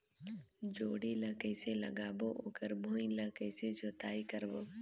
जोणी ला कइसे लगाबो ओकर भुईं ला कइसे जोताई करबो?